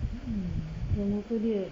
hmm memang muka dia